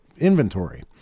inventory